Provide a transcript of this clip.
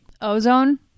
Ozone